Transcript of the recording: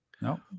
No